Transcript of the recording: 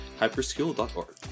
HyperSkill.org